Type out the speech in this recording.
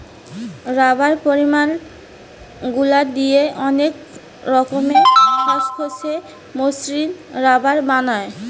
rubber polymer গুলা দিয়ে অনেক রকমের খসখসে, মসৃণ রাবার বানায়